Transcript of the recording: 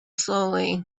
slowly